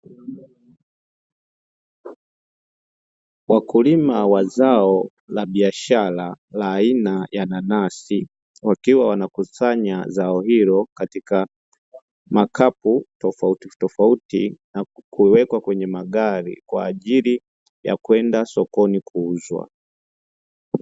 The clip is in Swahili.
Wakulima wa zao la biashara la aina ya nanasi wakiwa wanakusanya zao hilo katika makapu tofautitofauti na kuwekwa kwenye magari kwa ajili ya kwenda sokoni kuuzwa.